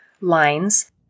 lines